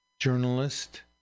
journalist